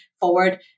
forward